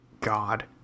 God